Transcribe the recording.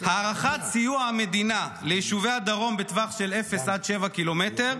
הארכת סיוע המדינה ליישובי הדרום בטווח של 0 עד 7 ק"מ,